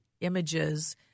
images